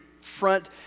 front